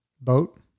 boat